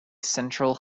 central